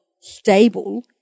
stable